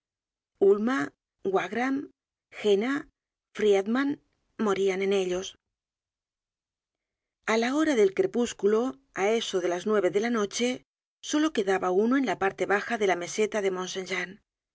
jena friedland morían en ellos a la hora del crepúsculo á eso de las nueve de la noche solo quedaba uno en la parte baja de la meseta de mont saint jean